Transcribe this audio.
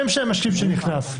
יש נציגים למפלגות בוועדת הבחירות,